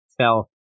tell